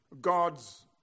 God's